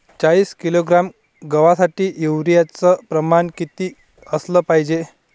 चाळीस किलोग्रॅम गवासाठी यूरिया च प्रमान किती असलं पायजे?